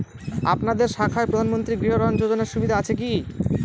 আপনাদের শাখায় প্রধানমন্ত্রী গৃহ ঋণ যোজনার সুবিধা আছে কি?